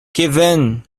kvin